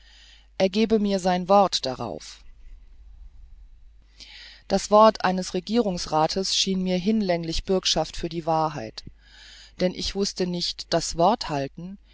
er gäbe sein wort darauf das wort eines regierungsrathes schien mir hinlängliche bürgschaft für die wahrheit denn ich wußte nicht daß worthalten